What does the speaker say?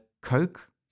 Coke